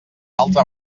altra